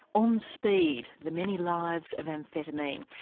on speed the many lives of amphetamine.